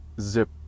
zip